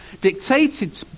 dictated